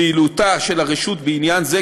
פעילויותיה של הרשות בעניין זה,